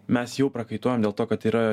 mes jau prakaituojam dėl to kad yra